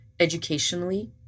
Educationally